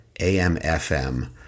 amfm